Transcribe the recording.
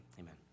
Amen